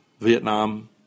Vietnam